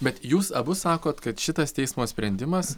bet jūs abu sakot kad šitas teismo sprendimas